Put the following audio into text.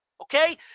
Okay